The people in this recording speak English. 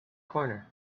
corner